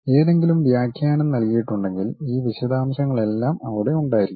ഏതെങ്കിലും വ്യാഖ്യാനം നൽകിയിട്ടുണ്ടെങ്കിൽ ഈ വിശദാംശങ്ങളെല്ലാം അവിടെ ഉണ്ടായിരിക്കും